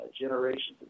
generations